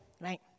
right